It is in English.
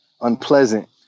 unpleasant